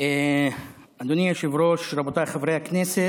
אדוני היושב-ראש, רבותיי חברי הכנסת,